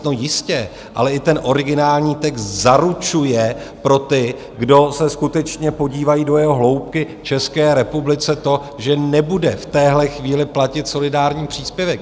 No jistě, ale i ten originální text zaručuje pro ty, kdo se skutečně podívají do jeho hloubky, České republice to, že nebude v téhle chvíli platit solidární příspěvek.